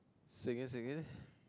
say again say again